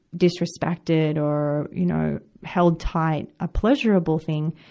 disrespected or, you know, held tight a pleasurable thing.